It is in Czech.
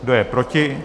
Kdo je proti?